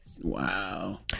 Wow